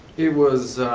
it was